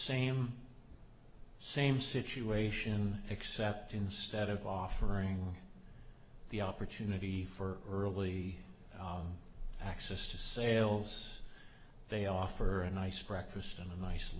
same same situation except instead of offering the opportunity for early access to sales they offer a nice breakfast and a nice